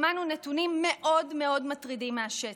שמענו נתונים מאוד מאוד מטרידים מהשטח.